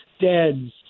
dead